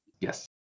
Yes